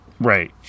right